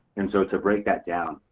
and so to break that down.